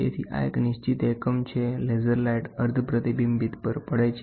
તેથી આ એક નિશ્ચિત એકમ છે લેસર લાઇટ અર્ધ પ્રતિબિંબિત પર પડે છે